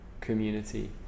community